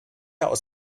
aus